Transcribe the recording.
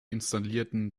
installierten